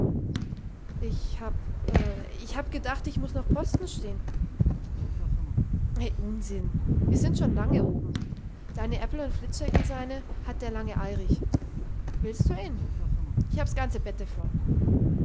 ich hab ich hab gedacht ich muß noch posten stehn i unsinn wir sind schon lange oben deine äppel und fliczek'n seine hat der lange ayrich willst du een ich habs ganze bette voll